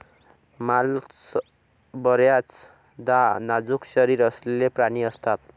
mollusc बर्याचदा नाजूक शरीर असलेले प्राणी असतात